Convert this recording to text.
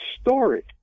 story